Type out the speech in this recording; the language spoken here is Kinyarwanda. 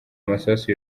masasu